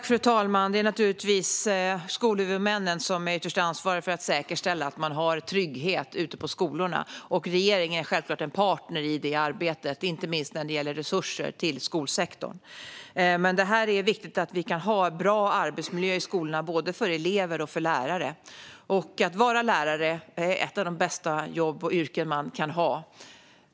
Fru talman! Det är skolhuvudmännen som är ytterst ansvariga för att säkerställa att man har trygghet ute på skolorna. Regeringen är självklart en partner i detta arbete, inte minst när det gäller resurser till skolsektorn. Det är viktigt att vi kan ha en bra arbetsmiljö i skolorna, både för elever och för lärare. Lärare är ett av de bästa jobb och yrken man kan ha.